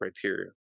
criteria